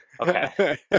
okay